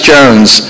Jones